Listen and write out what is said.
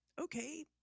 Okay